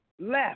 left